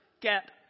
get